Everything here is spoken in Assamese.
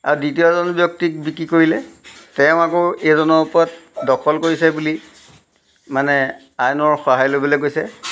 আৰু দ্বিতীয়জন ব্যক্তিক বিক্ৰী কৰিলে তেওঁ আকৌ এজনৰ ওপৰত দখল কৰিছে বুলি মানে আইনৰ সহায় ল'বলৈ গৈছে